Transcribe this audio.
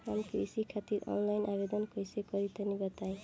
हम कृषि खातिर आनलाइन आवेदन कइसे करि तनि बताई?